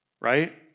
Right